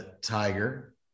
Tiger